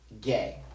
gay